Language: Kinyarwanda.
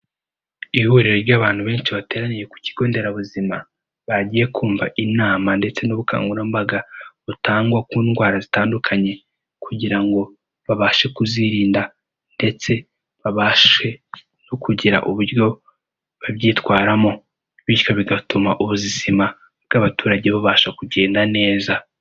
Ihuriro ry'abantu benshi bateraniye ku kigo nderabuzima, bagiye kumva inama ndetse n'ubukangurambaga butangwa ku ndwara zitandukanye kugira ngo babashe kuzirinda ndetse babashe no kugira uburyo babyitwaramo, bityo bigatuma ubuzima bw'abaturage bubasha kugenda neza.